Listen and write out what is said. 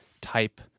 type